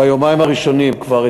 ביומיים הראשונים כבר,